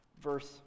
verse